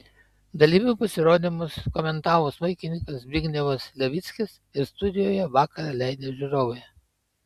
dalyvių pasirodymus komentavo smuikininkas zbignevas levickis ir studijoje vakarą leidę žiūrovai